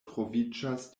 troviĝas